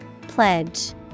Pledge